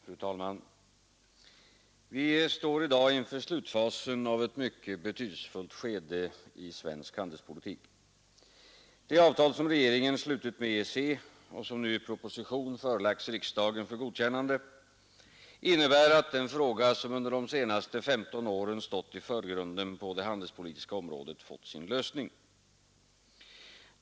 Fru talman! Vi står i dag inför slutfasen av ett mycket betydelsefullt skede i svensk handelspolitik. Det avtal som regeringen slutit med EEC och som nu i propositionen förelagts riksdagen för godkännande innebär att den fråga som under de senaste 15 åren stått i förgrunden på det handelspolitiska området fått sin lösning.